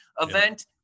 event